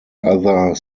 other